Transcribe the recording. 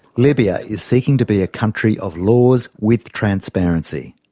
libya is seeking to be a country of laws with transparency.